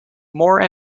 more